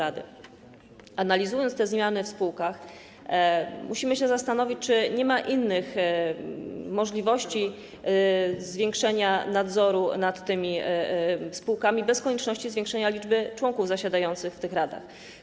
Analizując te zmiany w spółkach, musimy się zastanowić, czy nie ma innych możliwości zwiększenia nadzoru nad tymi spółkami, bez konieczności zwiększenia liczby członków zasiadających w tych radach.